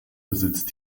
besitzt